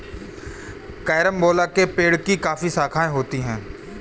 carambola के पेड़ की काफी शाखाएं होती है